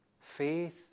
faith